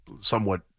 somewhat